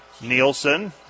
Nielsen